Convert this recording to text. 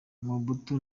mobutu